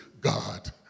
God